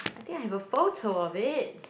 I think I have a photo of it